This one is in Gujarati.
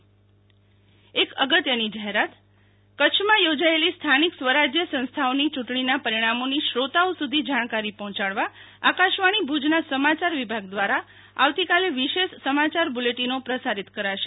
શીતલ વૈશ્વવ અગત્યની જાહેરાત કચ્છમાં થોજાયેલી સ્થાનિક સ્વરાજ્યની સંસ્થાઓની ચૂંટણીના પરિણામોની શ્રોતાઓ સુધી જાણકારી પહોંચાડવા આકાશવાણી ભુજના સમાયાર વિભાગ દ્વારા આવતીકાલે વિશેષ સમાયાર બુલેતીનો પ્રસારિત કરાશે